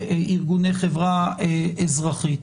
ארגוני חברה אזרחית.